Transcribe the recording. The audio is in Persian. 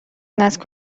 نسل